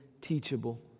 teachable